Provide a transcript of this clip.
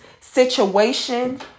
situation